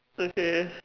okay